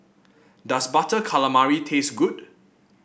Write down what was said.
does Butter Calamari taste good